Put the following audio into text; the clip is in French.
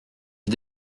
les